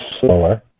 slower